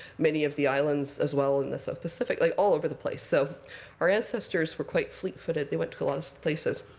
many of the islands as well in the south pacific, like all over the place. so our ancestors were quite fleet-footed. they went to a lot of places.